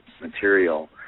material